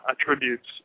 attributes